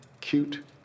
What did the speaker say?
cute